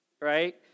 right